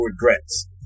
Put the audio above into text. regrets